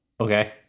okay